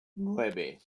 nueve